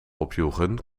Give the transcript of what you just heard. opjoegen